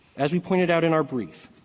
as we pointed out in our brief,